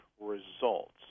results